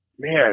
man